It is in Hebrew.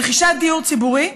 רכישת דיור ציבורי.